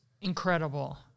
incredible